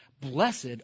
Blessed